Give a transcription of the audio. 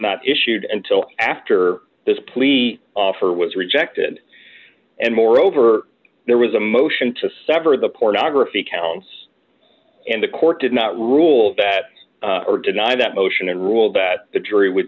not issued and till after this plea offer was rejected and moreover there was a motion to sever the pornography counts and the court did not rule that or deny that motion and ruled that the jury would